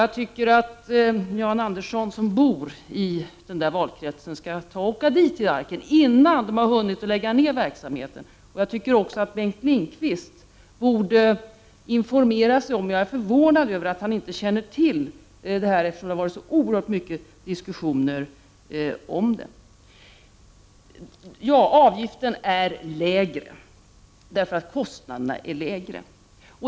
Jag tycker att Jan Andersson, som bor i valkretsen, skall åka till Arken innan man har hunnit lägga ner verksamheten. Bengt Lindqvist borde också informera sig. Jag är förvånad över att han inte känner till denna verksamhet, som det har varit så oerhört mycket diskussioner om. Avgiften är lägre, därför att kostnaderna är lägre.